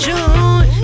June